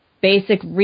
basic